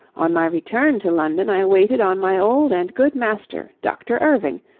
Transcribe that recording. on my return to london, i waited on my old and good master, dr. irving,